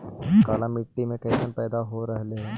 काला मिट्टी मे कैसन पैदा हो रहले है?